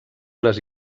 les